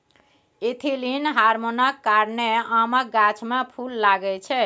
ethylene हार्मोनक कारणेँ आमक गाछ मे फुल लागय छै